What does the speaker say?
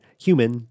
human